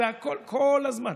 זה הכול כל הזמן,